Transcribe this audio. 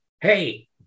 Hey